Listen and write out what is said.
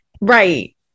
right